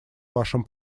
вашем